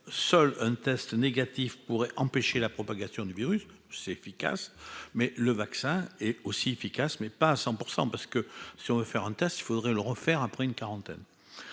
seul un test négatif pour empêcher la propagation du virus, c'est efficace, mais le vaccin et aussi efficace, mais pas à 100 % parce que si on veut faire un test, il faudrait le refaire après une quarantaine,